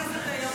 חבר הכנסת ירון.